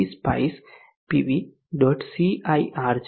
CIR છે